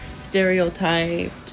stereotyped